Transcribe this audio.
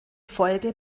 folge